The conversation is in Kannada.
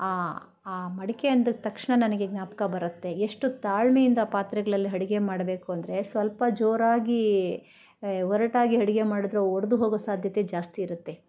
ಆ ಆ ಮಡಿಕೆ ಅಂದಿದ್ ತಕ್ಷಣ ನನಗೆ ಜ್ಞಾಪಕ ಬರುತ್ತೆ ಎಷ್ಟು ತಾಳ್ಮೆಯಿಂದ ಪಾತ್ರೆಗಳಲ್ಲಿ ಅಡ್ಗೆ ಮಾಡಬೇಕು ಅಂದರೆ ಸ್ವಲ್ಪ ಜೋರಾಗೀ ಒರಟಾಗಿ ಅಡ್ಗೆ ಮಾಡಿದ್ರೆ ಒಡ್ದು ಹೋಗೊ ಸಾಧ್ಯತೆ ಜಾಸ್ತಿ ಇರುತ್ತೆ